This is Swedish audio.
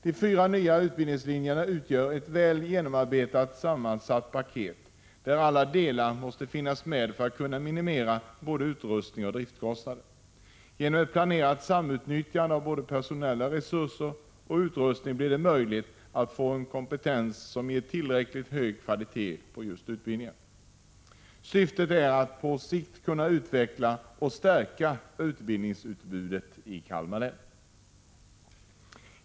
De fyra nya utbildningslinjerna utgör ett väl genomarbetat sammansatt paket, där alla delar måste finnas med för att kunna minimera både utrustningsoch driftskostnader. Genom ett planerat samutnyttjande av både personella resurser och utrustning blir det möjligt att få en kompetens som ger tillräckligt hög kvalitet på utbildningarna. Syftet är att på sikt kunna utveckla och stärka utbildningsutbudet i Kalmar län.